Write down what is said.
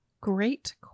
great